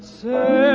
say